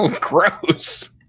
gross